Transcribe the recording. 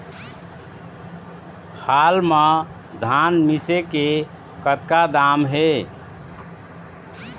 हाल मा धान मिसे के कतका दाम हे?